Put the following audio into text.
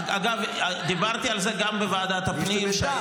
אגב, דיברתי על זה גם בוועדת הפנים.